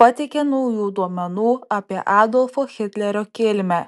pateikė naujų duomenų apie adolfo hitlerio kilmę